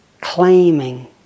claiming